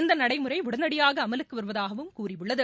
இந்த நடைமுறை உடனடியாக அமலுக்கு வருவதாகவும் கூறியுள்ளது